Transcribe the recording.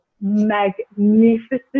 magnificent